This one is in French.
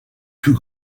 plus